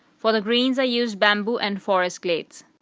for the greens, i used bamboo and forest glades.